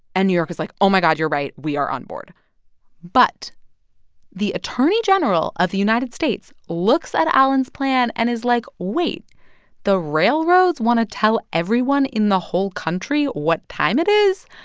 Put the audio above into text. and new york is like, oh, my god, you're right we are on board but the attorney general of the united states looks at allen's plan and is like, wait the railroads want to tell everyone in the whole country what time it is?